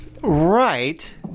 Right